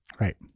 Right